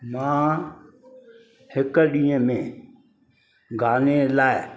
मां हिकु ॾींहं में गाने लाइ